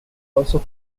also